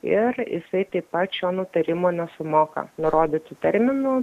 ir jisai taip pat šio nutarimo nesumoka nurodytu terminu